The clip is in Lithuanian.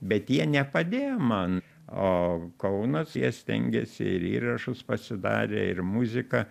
bet jie nepadėjo man o kaunas jie stengėsi ir įrašus pasidarė ir muziką